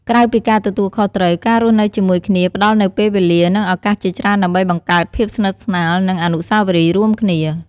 ក្រៅពីការទទួលខុសត្រូវ ការរស់នៅជាមួយគ្នាផ្ដល់នូវពេលវេលា និងឱកាសជាច្រើនដើម្បីបង្កើត ភាពស្និទ្ធស្នាល និង អនុស្សាវរីយ៍រួមគ្នា។